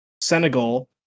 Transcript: senegal